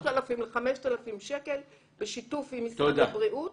בין 3,000 ל-5,000 שקל בשיתוף עם משרד הבריאות,